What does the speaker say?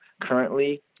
Currently